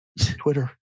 Twitter